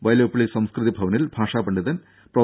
വൈലോപ്പിള്ളി സംസ്കൃതി ഭവനിൽ ഭാഷാ പണ്ഡിതൻ പ്രൊഫ